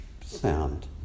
sound